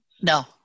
No